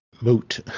moot